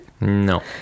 No